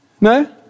No